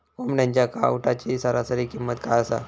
कोंबड्यांच्या कावटाची सरासरी किंमत काय असा?